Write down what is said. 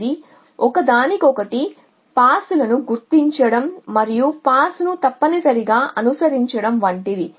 ఇది ఒకదానికొకటి పాస్లను గుర్తించడం మరియు పాస్ను తప్పనిసరిగా అనుసరించడం వంటిది